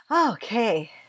Okay